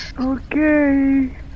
Okay